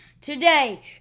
Today